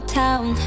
town